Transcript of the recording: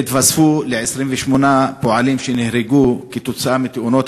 הם התווספו ל-28 פועלים שנהרגו בתאונות